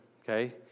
Okay